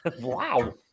Wow